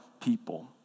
people